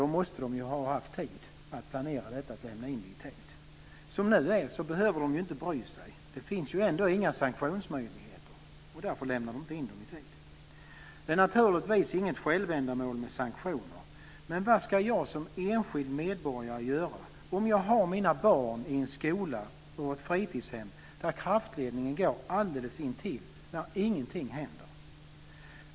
De måste ha haft tid att lämna in den i tid. Som det nu är behöver de inte bry sig, för det finns ändå inga sanktionsmöjligheter. Därför lämnar man inte in den i tid. Det finns inget självändamål med sanktioner, men vad ska jag som enskild medborgare göra om jag har mina barn i en skola och ett fritidshem där kraftledningen går alldeles intill, när ingenting händer?